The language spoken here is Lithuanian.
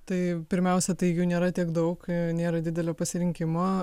tai pirmiausia tai jų nėra tiek daug nėra didelio pasirinkimo